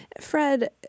Fred